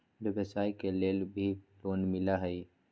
व्यवसाय के लेल भी लोन मिलहई?